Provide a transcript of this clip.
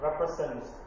represents